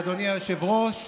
אדוני היושב-ראש,